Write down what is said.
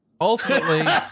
ultimately